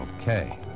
Okay